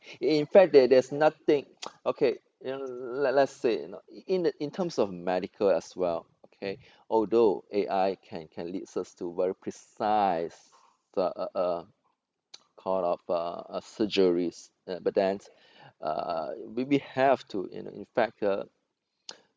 in fact there there's nothing okay you know let let's say you know in in terms of medical as well okay although A_I can can lead us to very precise uh uh uh call of uh uh surgeries you know but then uh we we have to you know in fact uh